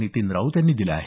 नितीन राऊत यांनी दिला आहे